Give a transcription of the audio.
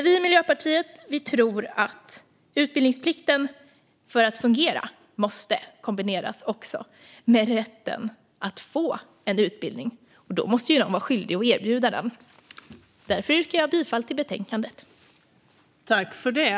Vi i Miljöpartiet tror att utbildningsplikten, för att den ska fungera, måste kombineras med rätten att få en utbildning, och då måste man vara skyldig att erbjuda den. Därför yrkar jag bifall till förslaget i betänkandet.